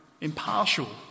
impartial